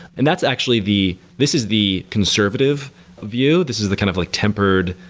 and that's actually the this is the conservative view. this is the kind of like tempered,